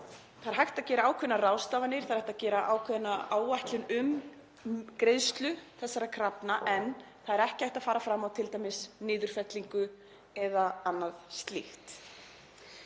að hægt er að gera ákveðnar ráðstafanir, það er hægt að gera ákveðna áætlun um greiðslu þessara krafna en það er t.d. ekki hægt að fara fram á niðurfellingu eða annað slíkt.